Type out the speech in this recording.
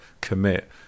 commit